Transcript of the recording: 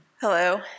Hello